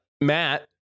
Matt